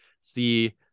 see